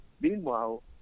Meanwhile